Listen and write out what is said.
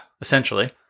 essentially